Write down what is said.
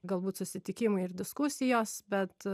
galbūt susitikimai ir diskusijos bet